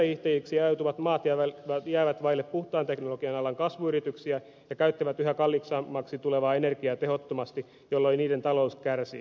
perässä hiihtäjiksi ajautuvat maat jäävät vaille puhtaan teknologian alan kasvuyrityksiä ja käyttävät yhä kalliimmaksi tulevaa energiaa tehottomasti jolloin niiden talous kärsii